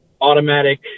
automatic